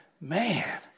man